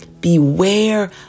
beware